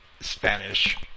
Spanish